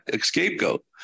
scapegoat